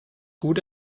gut